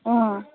অঁ